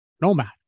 Nomad